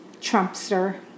Trumpster